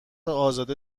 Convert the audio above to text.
ازاده